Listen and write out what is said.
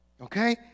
Okay